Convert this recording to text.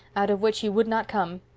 out of which he would not come.